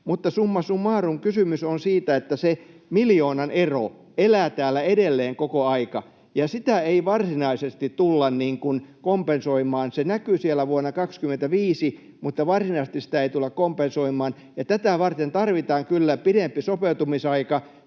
Mutta summa summarum: Kysymys on siitä, että se miljoonan ero elää täällä edelleen koko ajan, ja sitä ei varsinaisesti tulla kompensoimaan. Se näkyy siellä vuonna 25, mutta varsinaisesti sitä ei tulla kompensoimaan, ja tätä varten tarvitaan kyllä pidempi sopeutumisaika